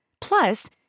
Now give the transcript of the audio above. Plus